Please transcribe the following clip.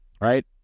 right